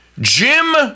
Jim